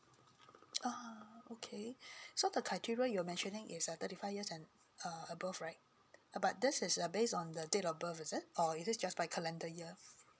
ah okay so the criteria you're mentioning is a thirty five years and uh above right but this is uh based on the date of birth is it or is it just my calendar year